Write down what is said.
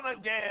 again